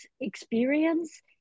experience